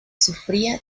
sufría